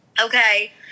Okay